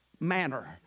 manner